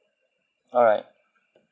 alright